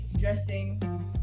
dressing